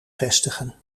vestigen